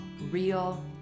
real